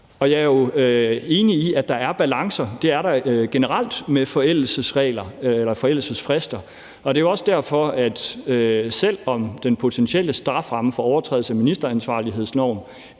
Jeg er enig i, at der er balancer, og det er der generelt med forældelsesfrister. Det er også derfor, at selv om den potentielle strafferamme for overtrædelse af ministeransvarlighedsloven